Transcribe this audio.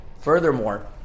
Furthermore